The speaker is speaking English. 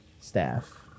staff